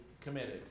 committed